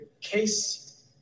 case